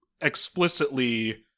explicitly